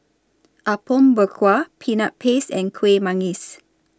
Apom Berkuah Peanut Paste and Kueh Manggis